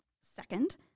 Second